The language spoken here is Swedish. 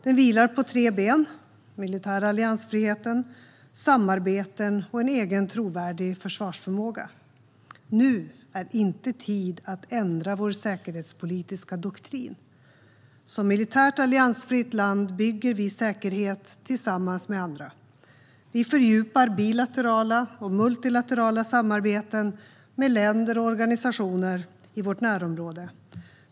Den vilar på tre ben: den militära alliansfriheten, samarbeten och en egen trovärdig försvarsförmåga. Nu är inte tid att ändra vår säkerhetspolitiska doktrin. Som ett militärt alliansfritt land bygger vi säkerhet tillsammans med andra. Vi fördjupar bilaterala och multilaterala samarbeten med länder och organisationer i vårt närområde.